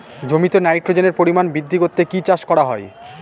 জমিতে নাইট্রোজেনের পরিমাণ বৃদ্ধি করতে কি চাষ করা হয়?